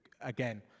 again